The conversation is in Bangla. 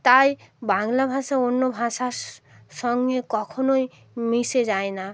তাই বাংলা ভাষা অন্য ভাষার সঙ্গে কখনোই মিশে যায় না